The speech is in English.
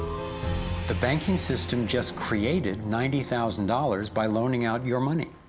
the banking system just created ninety thousand dollars by loaning out your money.